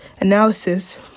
analysis